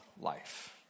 life